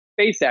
SpaceX